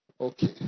Okay